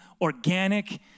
organic